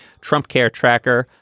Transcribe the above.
TrumpCareTracker